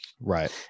right